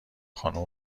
خانوم